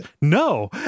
No